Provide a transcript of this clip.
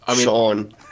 Sean